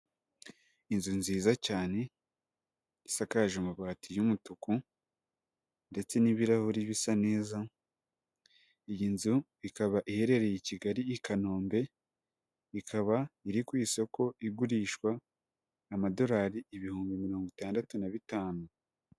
Inzu nziza cyane, isakaje amabati y'umutuku, ndetse n'ibirahuri bisa neza, iyi nzu ikaba iherereye i Kigali, i Kanombe, ikaba iri ku isoko, igurishwa amadolari ibihumbi mirongo itandatu na bitanu.